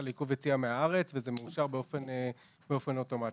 לעיכוב יציאה מהארץ ומאושר באופן אוטומטי.